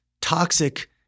toxic